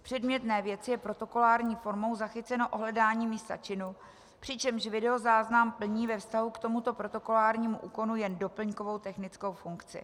V předmětné věci je protokolární formou zachyceno ohledání místa činu, přičemž videozáznam plní ve vztahu k tomuto protokolárnímu úkonu jen doplňkovou technickou funkci.